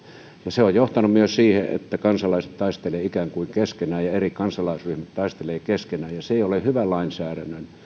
se on johtanut myös siihen että kansalaiset taistelevat ikään kuin keskenään ja eri kansalaisryhmät taistelevat keskenään ja se ei ole hyvän lainsäädännön